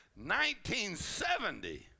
1970